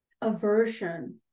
aversion